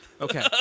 okay